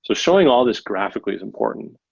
so showing all these graphically is important.